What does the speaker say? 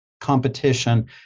competition